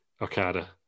Okada